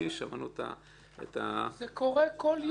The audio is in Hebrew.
זה קורה כל יום.